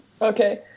Okay